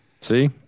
See